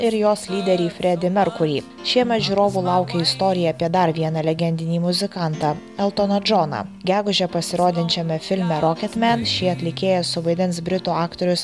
ir jos lyderį fredį merkurį šiemet žiūrovų laukia istorija apie dar vieną legendinį muzikantą eltoną džoną gegužę pasirodančiame filme rokietme šį atlikėją suvaidins britų aktorius